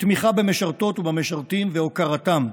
לתמיכה במשרתות ובמשרתים ולהוקרתם.